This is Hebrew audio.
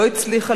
לא הצליחה,